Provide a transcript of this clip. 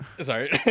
Sorry